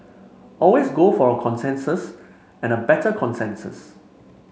always go for a consensus and a better consensus